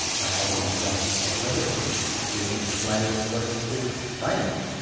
i hold myself at liberty even to play with what is called faith.